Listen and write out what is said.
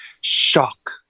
shock